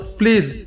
please